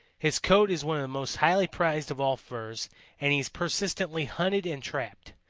his coat is one of the most highly prized of all furs and he is persistently hunted and trapped.